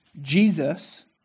Jesus